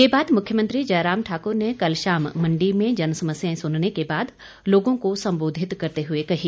यह बात मुख्यमंत्री जयराम ठाकुर ने कल शाम मंडी में जनसमस्याएं सुनने के बाद लोगों को संबोधित करते हुए कही